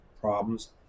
problems